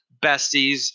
Besties